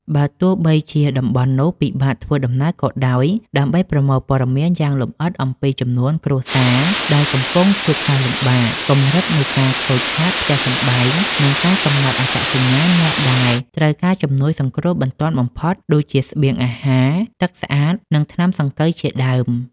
បើទោះបីជាតំបន់នោះពិបាកធ្វើដំណើរក៏ដោយ ដើម្បីប្រមូលព័ត៌មានយ៉ាងលម្អិតអំពីចំនួនគ្រួសារដែលកំពុងជួបការលំបាក កម្រិតនៃការខូចខាតផ្ទះសម្បែង និងការកំណត់អត្តសញ្ញាណអ្នកដែលត្រូវការជំនួយសង្គ្រោះបន្ទាន់បំផុត ដូចជាស្បៀងអាហារ ទឹកស្អាត និងថ្នាំសង្កូវជាដើម។